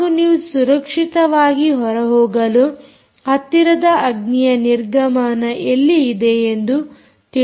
ಹಾಗೂ ನೀವು ಸುರಕ್ಷಿತವಾಗಿ ಹೊರ ಹೋಗಲು ಹತ್ತಿರದ ಅಗ್ನಿಯ ನಿರ್ಗಮನ ಎಲ್ಲಿ ಇದೆ ಎಂದು ತಿಳಿದಿರಬೇಕು